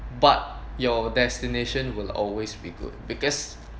but your destination will always be good because